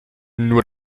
nur